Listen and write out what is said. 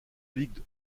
ligue